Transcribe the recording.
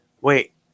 Wait